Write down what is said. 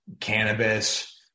cannabis